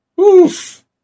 Oof